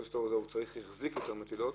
שהוא החזיק יותר מטילות.